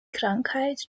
krankheit